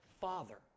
father